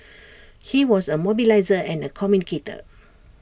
he was A mobiliser and A communicator